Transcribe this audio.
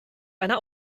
einer